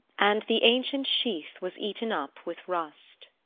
and the ancient sheath was eaten up with rust.